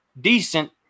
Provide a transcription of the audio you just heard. decent